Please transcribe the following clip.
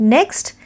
Next